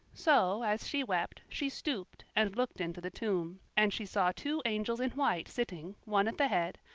so, as she wept, she stooped and looked into the tomb and she saw two angels in white sitting, one at the head,